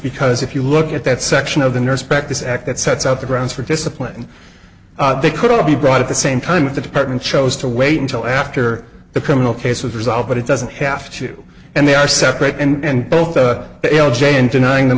because if you look at that section of the nurse practice act that sets out the grounds for discipline and they could all be brought at the same time with the department chose to wait until after the criminal case was result but it doesn't have to and they are separate and both a l j and denying the